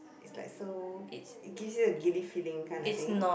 it's like so it gives you a giddy feeling kind of thing